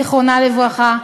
זיכרונה לברכה,